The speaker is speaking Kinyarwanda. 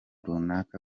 runaka